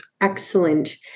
excellent